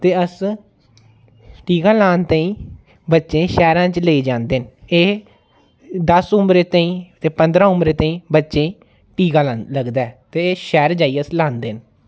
ते अस टीका लान ताई बच्चें गी शैह्रें च लेई जंदे एह् दस उमरी ताई ते पंदरां उमरी ताई बच्चें गी टीका ला लगदा ऐ ते शैह्र जाइयै उसी लांदे न